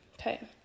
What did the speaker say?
okay